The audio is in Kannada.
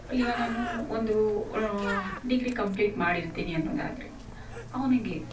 ಈಗ ನಾನು ಒಂದು ಡಿಗ್ರಿ ಕಂಪ್ಲೀಟ್ ಮಾಡಿರ್ತೀನಿ ಅನ್ನೋದಾದರೆ ಅವನಿಗೆ